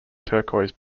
turquoise